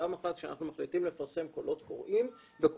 פעם אחת כשאנחנו מחליטים לפרסם קולות קוראים וקובעים